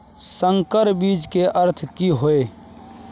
संकर बीज के अर्थ की हैय?